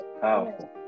Powerful